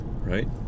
right